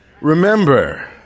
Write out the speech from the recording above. Remember